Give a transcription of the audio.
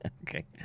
Okay